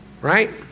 Right